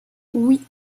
oui